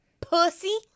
pussy